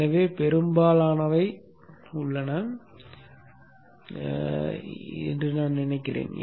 எனவே பெரும்பாலானவை உள்ளன என்று நான் நினைக்கிறேன்